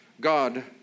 God